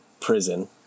prison